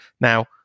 Now